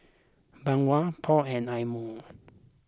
Bawang Paul and Eye Mo